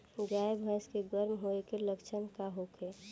गाय भैंस गर्म होय के लक्षण का होखे?